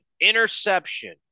interception